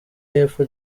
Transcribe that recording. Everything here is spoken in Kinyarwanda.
yepfo